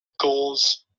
goals –